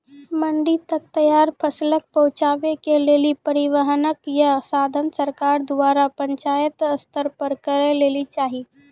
मंडी तक तैयार फसलक पहुँचावे के लेल परिवहनक या साधन सरकार द्वारा पंचायत स्तर पर करै लेली चाही?